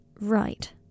Right